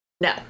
no